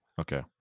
Okay